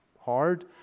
hard